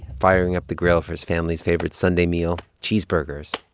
firing up the grill of his family's favorite sunday meal, cheeseburgers.